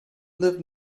live